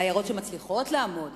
לעיירות שמצליחות לעמוד,